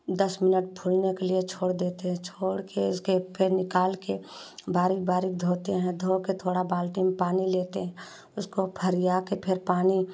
दस मिनट फूलने के लिये छोड़ देते हैं छोड़ के उसके फिर निकाल के बारी बारी धोते हैं धो के थोड़ा बाल्टी में पानी लेते हैं उसको फरिया के फिर पानी